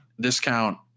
discount